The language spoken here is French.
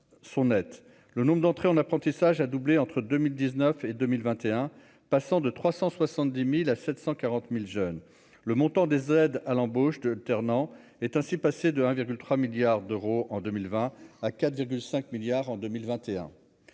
sont nets : le nombre d'entrées en apprentissage, a doublé entre 2000 19 et 2021 passant de 370000 à 740000 jeunes le montant des aides à l'embauche de alternant est ainsi passé de 1,3 milliards d'euros en 2020 à 4 5 milliards en 2021